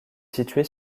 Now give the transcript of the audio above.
située